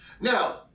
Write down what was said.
Now